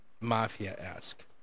Mafia-esque